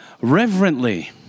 reverently